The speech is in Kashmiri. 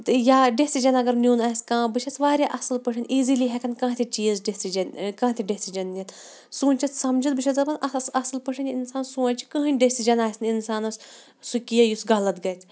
تہٕ یا ڈٮ۪سِجَن اگر نیُن آسہِ کانٛہہ بہٕ چھَس واریاہ اَصٕل پٲٹھۍ ایٖزِلی ہٮ۪کان کانٛہہ تہِ چیٖز ڈسِجَن کانٛہہ تہِ ڈٮ۪سِجَن نِتھ سوٗنٛچِتھ سَمجِتھ بہٕ چھَس دَپان اَتھَس اَصٕل پٲٹھۍ یہِ اِنسان سونٛچہِ کٕہٕنۍ ڈٮ۪سِجَن آسہِ نہٕ اِنسانَس سُہ کیںٛہہ یُس غلط گژھِ